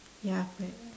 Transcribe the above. ya correct